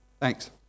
Thanks